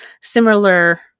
similar